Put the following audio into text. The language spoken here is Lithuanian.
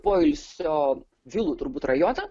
poilsio vilų turbūt rajoną